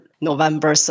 November